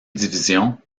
divisions